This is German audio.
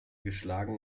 geschlagen